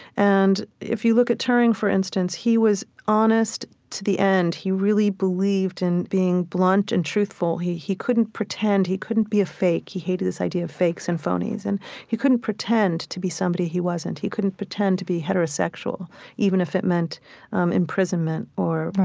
and if you look at turing, for instance, he was honest to the end. he really believed in being blunt and truthful. he he couldn't pretend. he couldn't be a fake. he hated this idea of fakes and phonies. and he couldn't pretend to be somebody he wasn't. he couldn't pretend to be heterosexual even if it meant um imprisonment or,